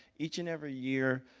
each and every year,